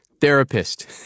therapist